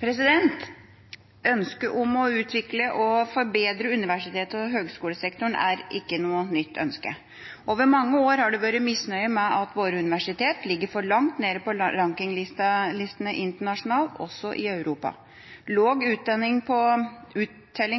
foretas. Ønsket om å utvikle og forbedre universitets- og høgskolesektoren er ikke noe nytt ønske. Over mange år har det vært misnøye med at våre universitet ligger for langt nede på rankinglistene internasjonalt, også i Europa. Lav uttelling